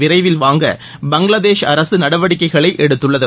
விரைவில் வாங்க பங்களாதேஷ் அரசு நடவடிக்கைகளை எடுத்துள்ளது